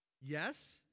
yes